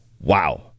wow